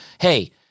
hey